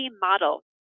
Model